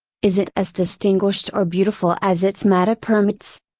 is it as distinguished or beautiful as its matter permits?